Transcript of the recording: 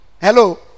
Hello